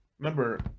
Remember